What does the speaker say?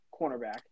cornerback